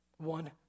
one